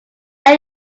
are